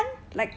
ya